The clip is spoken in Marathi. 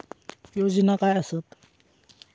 योजना काय आसत?